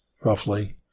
roughly